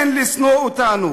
כן, לשנוא אותנו.